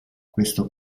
questo